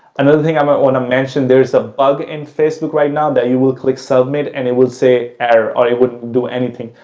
another thing i might want to mention, there's a bug in facebook right now that you will click submit and it will say error or it would do anything.